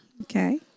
okay